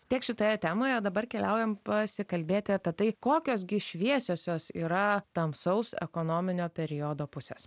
tiek šitoje temoje o dabar keliaujame pasikalbėti apie tai kokios gi šviesiosios yra tamsaus ekonominio periodo pusės